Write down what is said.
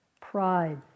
pride